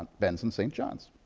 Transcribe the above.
ben's and st. john's.